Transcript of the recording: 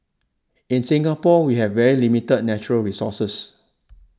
in Singapore we have very limited natural resources